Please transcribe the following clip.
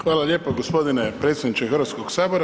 Hvala lijepo g. predsjedniče Hrvatskog sabora.